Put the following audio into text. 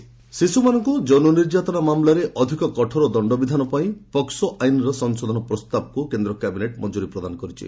cabinet ଶିଶୁମାନଙ୍କୁ ଯୌନ ନିର୍ଯାତନା ମାମଲାରେ ଅଧିକ କଠୋର ଦଣ୍ଡ ବିଧାନ ପାଇଁ ପୋକ୍ସୋ ଆଇନ୍ର ସଂଶୋଧନ ପ୍ରସ୍ତାବକୁ କେନ୍ଦ୍ର କ୍ୟାବିନେଟ୍ ମଞ୍ଜୁରୀ ପ୍ରଦାନ କରିଛି